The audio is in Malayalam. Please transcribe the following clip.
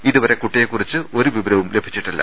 ഇതുവരെ കുട്ടിയേകുറിച്ച് ഒരുവിവരവും ലഭിച്ചിട്ടില്ല